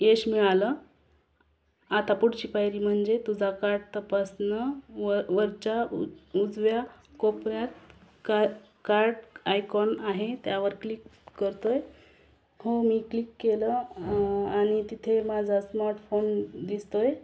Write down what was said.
यश मिळालं आता पुढची पायरी म्हणजे तुझा काट तपासणं व वरच्या उज उजव्या कोपऱ्यात का कार्ट आयकॉन आहे त्यावर क्लिक करतो हो मी क्लिक केलं आणि तिथे माझा स्मार्टफोन दिसतो आहे